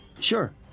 Sure